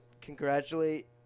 congratulate